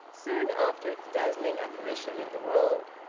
soon after its dazzling apparition in the world.